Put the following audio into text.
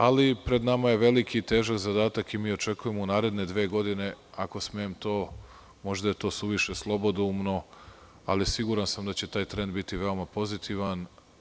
Ali, pred nama je veliki i težak zadatak i očekujemo u naredne dve godine, možda je to suviše slobodoumno, ali siguran sam da će taj trend biti veoma pozitivan.